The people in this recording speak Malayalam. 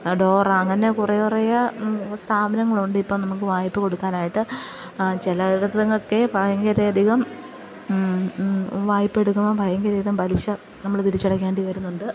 ഡോറ അങ്ങനെ കുറേ കുറേയ സ്ഥാപനങ്ങളുണ്ടിപ്പം നമുക്ക് വായ്പ കൊടുക്കാനായിട്ട് ചില ഇടത്തു നിന്നൊക്കെ ഭയങ്കര അധികം വായ്പ എടുക്കുമ്പം ഭയങ്കര ഇതും പലിശ നമ്മൾ തിരിച്ചടക്കേണ്ടി വരുന്നുണ്ട്